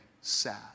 sad